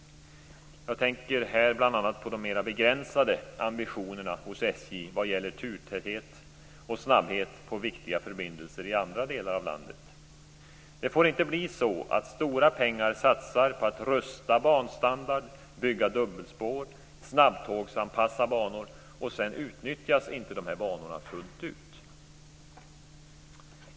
Jag tänker då bl.a. på de mera begränsade ambitionerna hos SJ vad gäller turtäthet och snabbhet på viktiga förbindelser i andra delar av landet. Det får inte bli så att stora pengar satsas på att rusta banstandard, bygga dubbelspår och snabbtågsanpassa banor och att dessa banor sedan inte utnyttjas fullt ut.